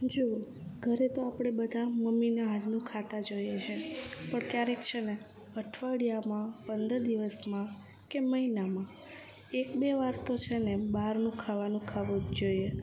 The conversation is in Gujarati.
જુઓ ઘરે તો આપણે બધા મમ્મીના હાથનું ખાતા જ હોઈએ છીએ પણ ક્યારેક છે ને અઠવાડિયામાં પંદર દિવસમાં કે મહિનામાં એક બે વાર તો છે ને બહારનું ખાવાનું ખાવું જ જોઈએ